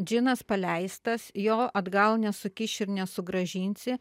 džinas paleistas jo atgal nesukiši ir nesugrąžinsi